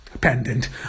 pendant